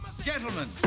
Gentlemen